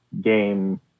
game